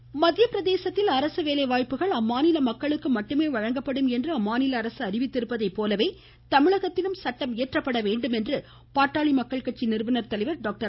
ராமதாஸ் மத்திய பிரதேசத்தில் அரசு வேலைவாய்ப்புகள் அம்மாநில மக்களுக்கு மட்டுமே வழங்கப்படும் என்று அம்மாநில அரசு அறிவித்திருப்பதை போலவே தமிழகத்திலும் சட்டம் இயற்ற வேண்டும் என்று பாட்டாளி மக்கள் கட்சி நிறுவன தலைவர் டாக்டர்